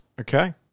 Okay